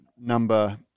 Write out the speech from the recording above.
number